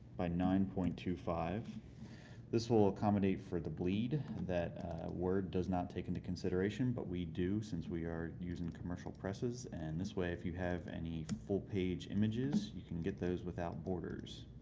by nine point two five this will accommodate for the bleed that ms word does not take into consideration, but we do since we are using commercial presses. and this way if you have any full-page images, you can get those without borders.